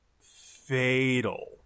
fatal